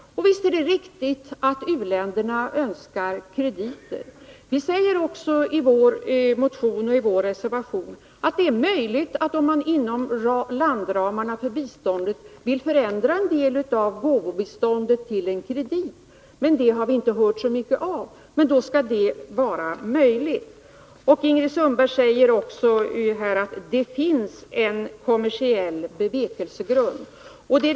Visst är det riktigt att u-länderna önskar krediter. Vi säger också i vår motion och i vår reservation, att om man inom landramarna för biståndet vill förändra en del av gåvobiståndet till en kredit, så skall det vara möjligt, men det har vi inte sett så mycket av. Ingrid Sundberg säger att det finns en kommersiell bevekelsegrund.